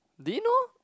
do you know